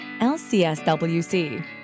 lcswc